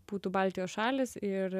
būtų baltijos šalys ir